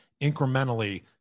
Incrementally